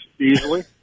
easily